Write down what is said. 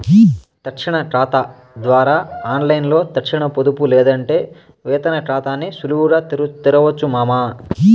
తక్షణ కాతా ద్వారా ఆన్లైన్లో తక్షణ పొదుపు లేదంటే వేతన కాతాని సులువుగా తెరవొచ్చు మామా